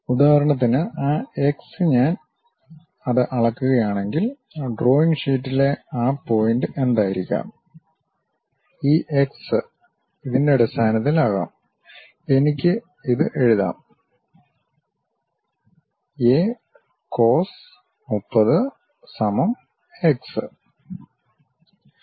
ഉദാഹരണത്തിന് ആ എക്സ് ഞാൻ അത് അളക്കുകയാണെങ്കിൽ ഡ്രോയിംഗ് ഷീറ്റിലെ ആ പോയിന്റ് എന്തായിരിക്കാം ഈ എക്സ് ഇതിന്റെ അടിസ്ഥാനത്തിൽ ആകാം എനിക്ക് ഇത് എഴുതാം A cos 30 x